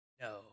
No